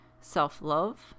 self-love